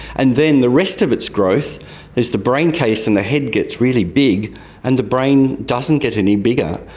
and then the rest of its growth is the brain case and the head gets really big and the brain doesn't get any bigger,